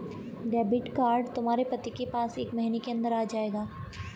debit card तुम्हारे पति के पास एक महीने के अंदर आ जाएगा